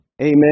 Amen